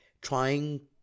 trying